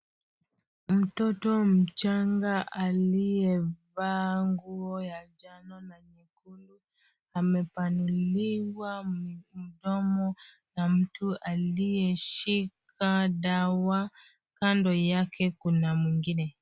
mtoto mchanga aliyevaa ya njano na nyekundu